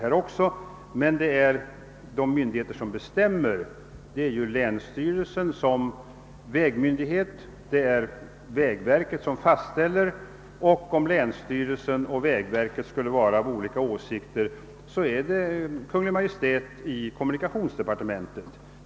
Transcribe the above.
Bestämmande myndigheter är länsstyrelsen som vägmyndighet och vägverket som fastställer arbetsplanerna. Om länsstyrelsen och vägverket skulle ha olika åsikter skall Kungl. Maj:t i kommunikationsdepartementet avgöra.